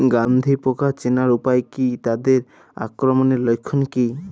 গন্ধি পোকা চেনার উপায় কী তাদের আক্রমণের লক্ষণ কী?